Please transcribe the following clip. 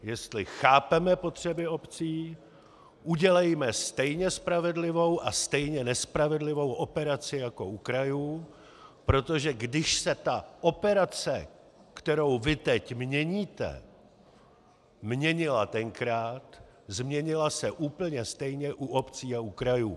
Jestli chápeme potřeby obcí, udělejme stejně spravedlivou a stejně nespravedlivou operaci jako u krajů, protože když se ta operace, kterou vy teď měníte, měnila tenkrát, změnila se úplně stejně u obcí a u krajů.